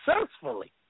successfully